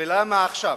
ולמה עכשיו.